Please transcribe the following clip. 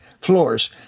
floors